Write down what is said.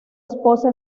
esposa